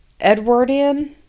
Edwardian